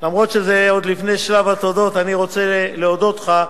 אף שזה עוד לפני שלב התודות, אני רוצה להודות לך,